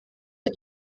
der